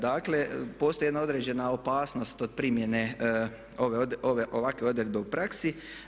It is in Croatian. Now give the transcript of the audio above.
Dakle, postoji jedna određena opasnost od primjene ove ovakve odredbe u praksi.